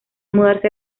mudarse